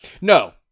No